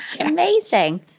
amazing